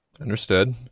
understood